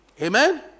Amen